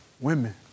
women